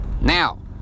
Now